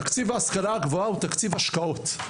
תקציב ההשכלה הגבוהה הוא תקציב השקעות.